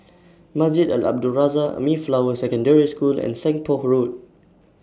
Masjid Al Abdul Razak Mayflower Secondary School and Seng Poh Road